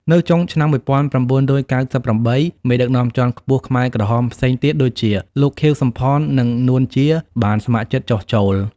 នៅចុងឆ្នាំ ១៩៩៨ មេដឹកនាំជាន់ខ្ពស់ខ្មែរក្រហមផ្សេងទៀតដូចជា លោក ខៀវ សំផន និង នួន ជា បានស្ម័គ្រចិត្តចុះចូល។